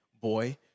boy